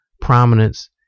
prominence